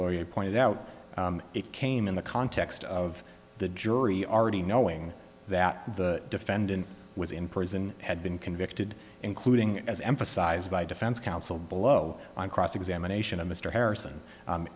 lawyer pointed out it came in the context of the jury already knowing that the defendant was in prison had been convicted including as emphasized by defense counsel below on cross examination of mr harrison